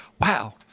Wow